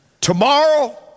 Tomorrow